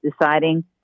deciding